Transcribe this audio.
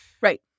right